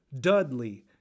Dudley